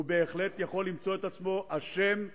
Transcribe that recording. בבית-משפט הוא בהחלט יכול למצוא את עצמו אשם.